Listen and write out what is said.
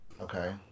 Okay